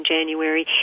January